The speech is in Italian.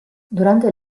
durante